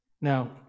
Now